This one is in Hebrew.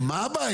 עכשיו, מה הבעיה?